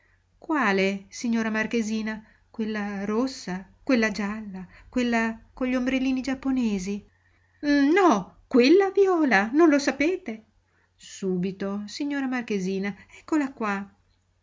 quale signora marchesina quella rossa quella gialla quella con gli ombrellini giapponesi no quella viola non lo sapete subito signora marchesina eccola qua